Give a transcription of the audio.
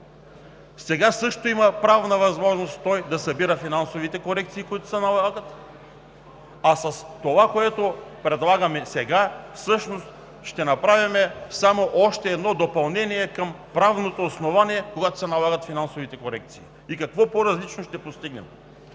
Сега той също има възможност да събира финансовите корекции, които се налагат. С това, което предлагаме сега, всъщност ще направим само още едно допълнение към правното основание, когато се налагат финансовите корекции. Какво по-различно ще постигнем